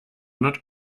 not